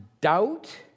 doubt